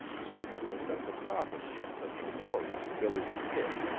said to have been the property of the notorious billy the kid,